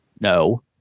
No